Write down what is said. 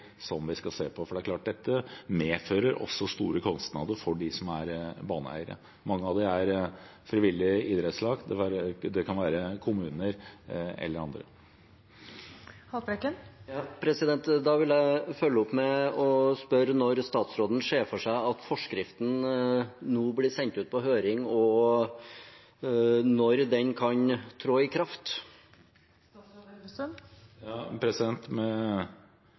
som vi skal se på, for det er klart at dette medfører også store kostnader for de som er baneeiere. Mange av dem er frivillige idrettslag, kommuner eller andre. Da vil jeg følge opp med å spørre når statsråden ser for seg at forskriften blir sendt ut på høring, og når den kan tre i